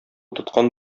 тоткан